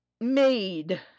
made